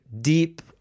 deep